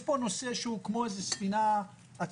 יש פה נושא שהוא כמו ספינה עצומה,